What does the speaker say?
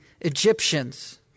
Egyptians